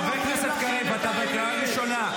--- חבר הכנסת קריב, אתה בקריאה ראשונה.